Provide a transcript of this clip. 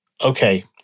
Okay